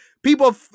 People